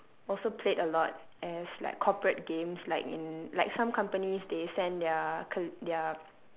also played a lot as like corporate games like in like some companies they send their col~ their